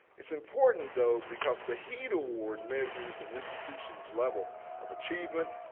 it's important, though, because the heed award measures an institution's level of achievement,